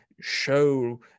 show